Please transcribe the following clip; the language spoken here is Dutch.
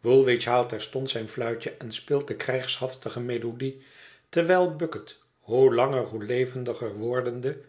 woolwich haalt terstond zijn fluitje en speelt de krijgshaftige melodie terwijl bucket hoe langer hoe levendiger wordende